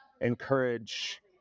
encourage